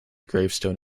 gravestone